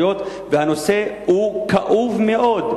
היות שהנושא כאוב מאוד,